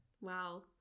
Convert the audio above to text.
Wow